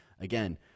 again